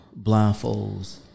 blindfolds